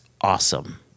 awesome